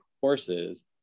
courses